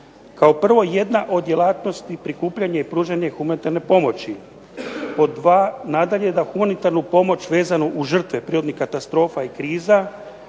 kao prvo jedna od djelatnosti prikupljanje i pružanje humanitarne pomoći, pod dva, nadalje da humanitarnu pomoć vezano uz žrtve prirodnih katastrofa i kriza